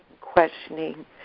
questioning